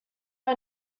are